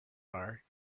are